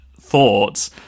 thoughts